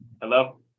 Hello